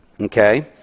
Okay